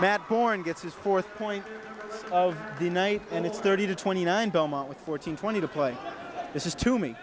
matt horne gets his fourth point of the night and it's thirty to twenty nine belmont with fourteen twenty to play this is to me